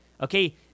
okay